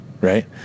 right